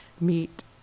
meet